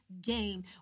Game